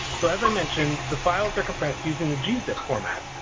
so as i mentioned the files are compressed using the gzip format.